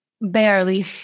barely